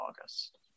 august